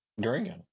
drinking